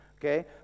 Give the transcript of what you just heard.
okay